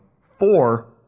four